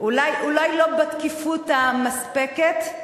אולי לא בתקיפות המספקת?